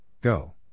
Go